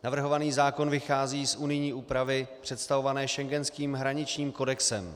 Navrhovaný zákon vychází z unijní úpravy představované schengenským hraničním kodexem.